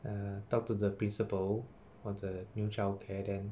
err talk to the principal for the new child care then